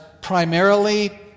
primarily